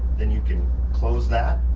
then you can close that.